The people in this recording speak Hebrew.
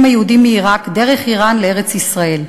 היהודים מעיראק דרך איראן לארץ-ישראל.